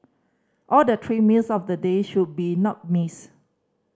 all the three meals of the day should be not missed